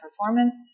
performance